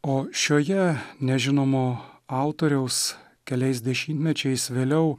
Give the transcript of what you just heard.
o šioje nežinomo autoriaus keliais dešimtmečiais vėliau